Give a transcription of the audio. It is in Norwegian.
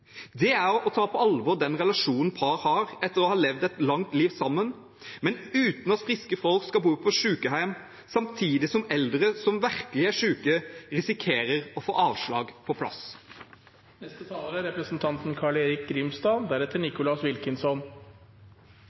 Det er å ta på alvor den relasjonen par har etter å ha levd et langt liv sammen, men uten at friske folk skal bo på sykehjem, samtidig som eldre som virkelig er syke, risikerer å få avslag på plass. Det er